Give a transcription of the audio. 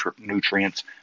nutrients